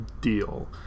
deal